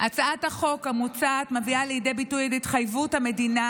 הצעת החוק המוצעת מביאה לידי ביטוי את התחייבות המדינה